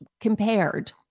compared